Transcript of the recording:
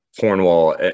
Cornwall